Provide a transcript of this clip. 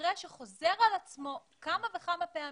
מקרה שחוזר על עצמו כמה וכמה פעמים,